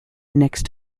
next